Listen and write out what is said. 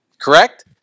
Correct